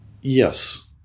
Yes